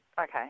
Okay